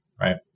right